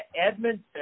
Edmonton